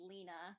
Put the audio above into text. Lena